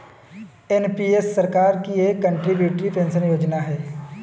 NPS सरकार की एक कंट्रीब्यूटरी पेंशन योजना है